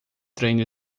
treino